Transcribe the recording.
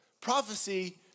Prophecy